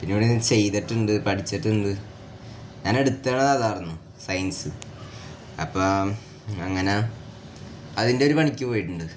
പിന്നെ അവിടെ ചെയ്തിട്ടുണ്ട് പഠിച്ചിട്ടുണ്ട് ഞാൻ എടുത്തതായിരുന്നു സയൻസ് അപ്പം അങ്ങനെ അതിൻ്റെ ഒരു പണിക്ക് പോയിട്ടുണ്ട്